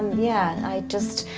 yeah, i just,